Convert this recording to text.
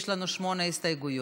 יש לנו שמונה הסתייגויות.